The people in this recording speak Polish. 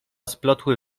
splotły